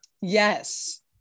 yes